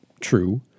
true